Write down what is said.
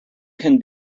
can